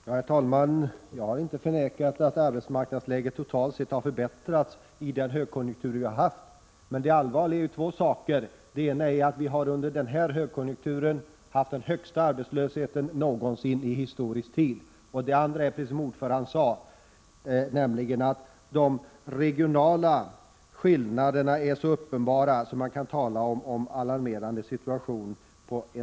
Herr talman! Jag har inte förnekat att arbetsmarknadsläget totalt sett har förbättrats i den högkonjunktur som vi nu har haft. Men här finns två allvarliga problem. Det ena är att vi under denna högkonjunktur har haft den högsta arbetslösheten någonsin i historisk tid. Det andra är, som utskottets ordförande sade, att de regionala skillnaderna är så uppenbara att man på en del håll kan tala om en alarmerande situation.